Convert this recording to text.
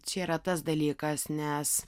čia yra tas dalykas nes